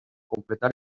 completar